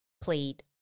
played